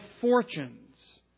fortunes